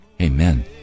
Amen